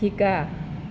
শিকা